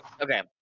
Okay